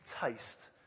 taste